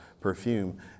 perfume